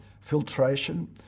filtration